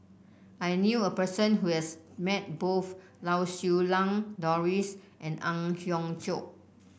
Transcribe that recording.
I knew a person who has met both Lau Siew Lang Doris and Ang Hiong Chiok